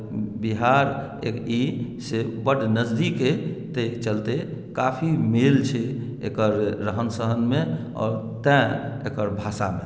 आ ई बिहार से बड नजदीक अहि ताहि चलते काफी मेल छै एकर रहन सहनमे आओर तैँ एकर भाषामे